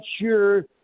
sure